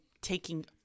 taking